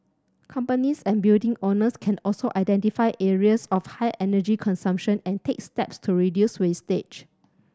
companies and building owners can also identify areas of high energy consumption and take steps to reduce usage